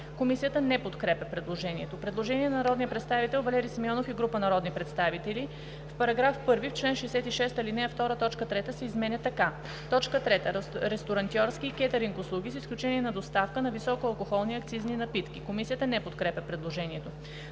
Комисията не подкрепя предложението. Предложение на народния представител Валери Симеонов и група народни представители: „В § 1, в чл. 66, ал. 2, т. 3 се изменя така: „3. ресторантьорски и кетъринг услуги, с изключение на доставка на високоалкохолни акцизни спиртни напитки.“ Комисията не подкрепя предложението.